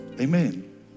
Amen